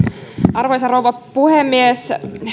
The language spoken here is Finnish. arvoisa rouva puhemies